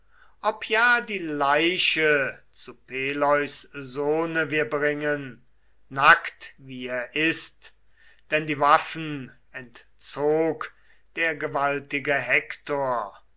ob ja die leiche zu peleus sohne wir bringen nackt wie er ist denn die waffen entzog der gewaltige hektor